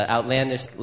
Outlandish